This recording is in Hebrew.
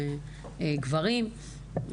אלו גברים.